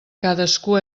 cadascú